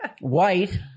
white